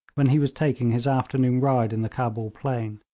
when he was taking his afternoon ride in the cabul plain.